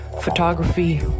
photography